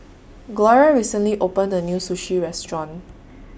Gloria recently opened A New Sushi Restaurant